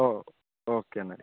ഓ ഓക്കെയെന്നാൽ